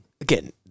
again